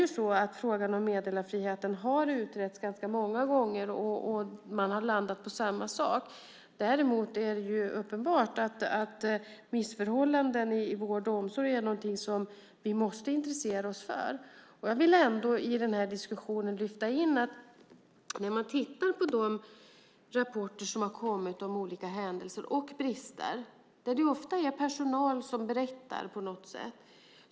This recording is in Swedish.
Frågan om meddelarfriheten har utretts ganska många gånger, och man har landat på samma sak. Däremot är det uppenbart att missförhållanden i vård och omsorg är något som vi måste intressera oss för. Jag vill ändå i diskussionen lyfta in att när man tittar på de rapporter som har kommit om olika händelser och brister är det ofta personal som har berättat.